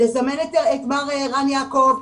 לזמן את ערן יעקב,